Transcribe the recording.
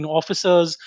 officers